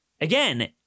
Again